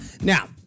Now